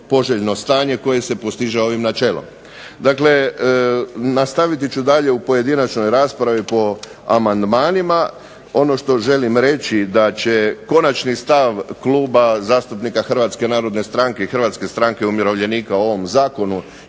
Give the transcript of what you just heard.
poželjno stanje koje se postiže ovim načelom. Dakle, nastavit ću dalje u pojedinačnoj raspravi po amandmanima. Ono što želim reći, da će konačni stav Kluba zastupnika Hrvatske narodne stranke i Hrvatske stranke umirovljenika o ovom zakonu